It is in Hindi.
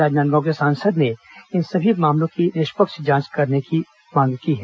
राजनांदगांव के सांसद ने इन सभी मामलों की निष्पक्ष जांच करने की मांग की है